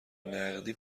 نقدی